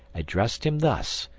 addressed him thus,